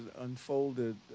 unfolded